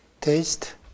taste